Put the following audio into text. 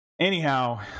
Anyhow